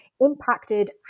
impacted